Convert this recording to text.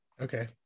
Okay